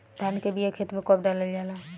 धान के बिया खेत में कब डालल जाला?